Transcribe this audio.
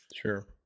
Sure